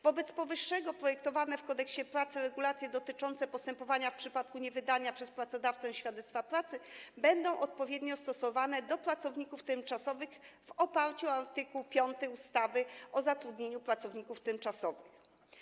Wobec powyższego projektowane w Kodeksie pracy regulacje dotyczące postępowania w przypadku niewydania przez pracodawcę świadectwa pracy będą odpowiednio stosowane do pracowników tymczasowych w oparciu o art. 5 ustawy o zatrudnianiu pracowników tymczasowych.